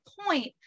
point